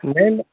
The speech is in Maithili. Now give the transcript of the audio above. धन्य